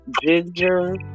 ginger